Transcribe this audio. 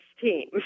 team